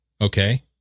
okay